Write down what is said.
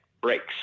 breaks